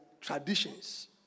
traditions